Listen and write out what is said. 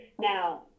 Now